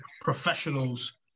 professionals